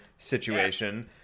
Situation